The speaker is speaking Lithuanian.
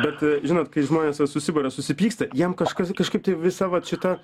bet žinot kai žmonės va susibara susipyksta jiem kažkas kažkaip tai visa vat šita